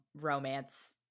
romance